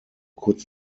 kurz